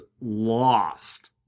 lost